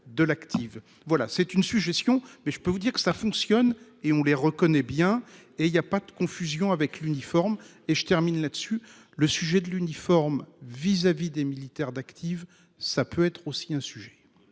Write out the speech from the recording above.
de l'active. Voilà c'est une suggestion. Mais je peux vous dire que ça fonctionne et on les reconnaît bien et il y a pas de confusion avec l'uniforme et je termine là- dessus. Le sujet de l'uniforme vis-à-vis des militaires d'active, ça peut être aussi un sujet.